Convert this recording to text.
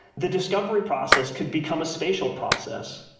the discovery process could become a spatial process.